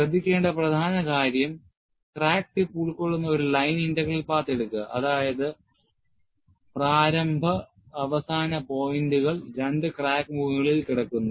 ശ്രദ്ധിക്കേണ്ട പ്രധാന കാര്യം ക്രാക്ക് ടിപ്പ് ഉൾക്കൊള്ളുന്ന ഒരു ലൈൻ ഇന്റഗ്രൽ പാത്ത് എടുക്കുക അതായത് പ്രാരംഭ അവസാന പോയിന്റുകൾ രണ്ട് ക്രാക്ക് മുഖങ്ങളിൽ കിടക്കുന്നു